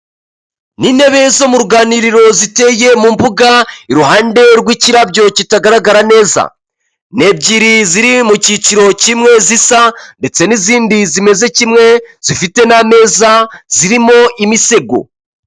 Ni intebe zo mu ruganiriro ziteye mu mbuga, iruhande rw'ikirabyo kitagaragara neza. Ni ebyiri ziri mu cyiciro kimwe zisa, ndetse n'izindi zimeze kimwe, zifite n'ameza, zirimo imisego.